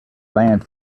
land